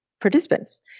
participants